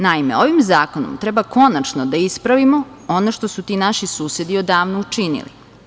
Naime, ovim zakonom treba konačno da ispravimo ono što su ti naši susedi odavno učinili.